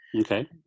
Okay